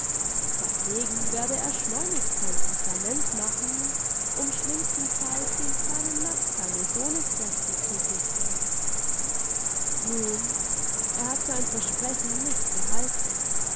dagegen werde er schleunigst sein testament machen um schlimmstenfalls dem kleinen max seine sohnesrechte zu sichern nun er hat sein versprechen nicht gehalten